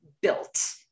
built